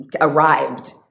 arrived